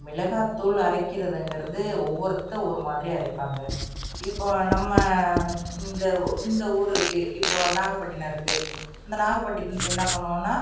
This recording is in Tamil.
மிளகாத்தூள் அரைக்கிறதுங்கிறது ஒவ்வொருத்தர் ஒரு மாதிரி அரைப்பாங்க இப்போது நம்ம இந்த ஓ இந்த ஊர் இருக்குது இப்போது நாகப்பட்டினத்தில் என்ன பண்ணுவோம்னா